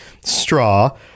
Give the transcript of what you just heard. Straw